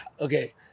Okay